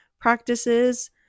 practices